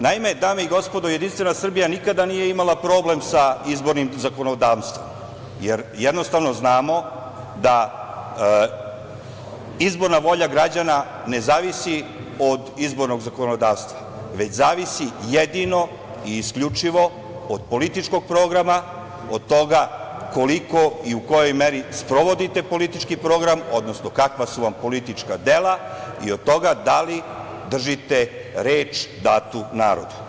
Naime, dame i gospodo narodni poslanici, Jedinstvena Srbija nikada imala nije problem sa izbornim zakonodavstvom, jer jednostavno, znamo da izborna volja građana ne zavisi od izbornog zakonodavstva već zavisi jedino i isključivo od političkog programa, od toga koliko i u kojoj meri sprovodite politički problem, odnosno kakva su vam politička dela i od toga da li držite reč datu narodu.